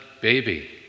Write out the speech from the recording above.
baby